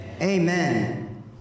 Amen